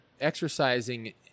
exercising